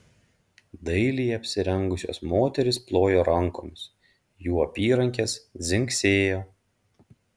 dailiai apsirengusios moterys plojo rankomis jų apyrankės dzingsėjo